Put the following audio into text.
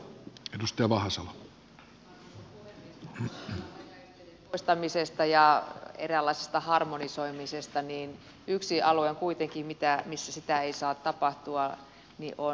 kun puhutaan rajaesteiden poistamisesta ja eräänlaisesta harmonisoimisesta niin kuitenkin yksi alue missä sitä ei saa tapahtua on tutkinnot